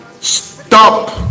stop